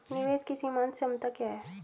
निवेश की सीमांत क्षमता क्या है?